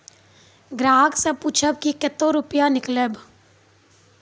ग्राहक से पूछब की कतो रुपिया किकलेब?